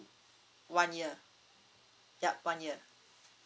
one year yup one year